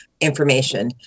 information